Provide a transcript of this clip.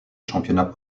championnat